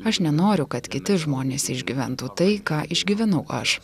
aš nenoriu kad kiti žmonės išgyventų tai ką išgyvenau aš